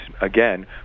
again